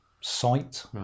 site